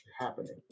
happening